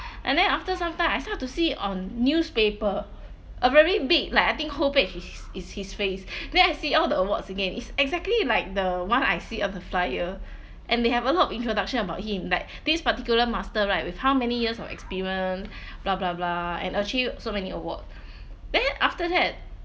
and then after some time I start to see on newspaper a very big like I think whole page is is his face then I see all the awards again it's exactly like the [one] I see on the flyer and they have a lot of introduction about him like this particular master right with how many years of experience blah blah blah and achieved so many award then after that